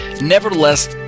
nevertheless